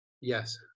Yes